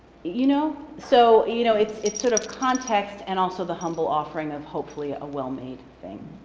you know? so you know, it's it's sort of context and also the humble offering of hopefully a well-made thing.